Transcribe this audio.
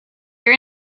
your